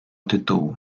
tytułu